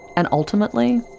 and ultimately,